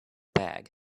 bag